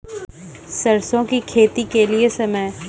सरसों की खेती के लिए समय?